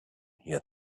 here